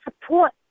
support